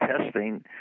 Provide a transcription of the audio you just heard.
testing